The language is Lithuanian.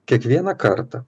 kiekvieną kartą